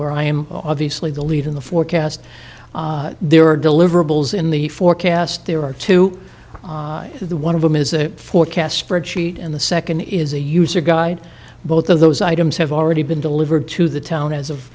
where i am obviously the lead in the forecast there are deliverables in the forecast there are two the one of them is the forecast spreadsheet and the second is a user guide both of those items have already been delivered to the town as of